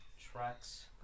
tracks